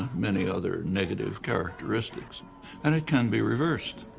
many other negative characteristics and it can be reversed.